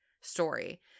story